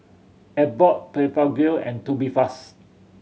Abbott Blephagel and Tubifast